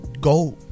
go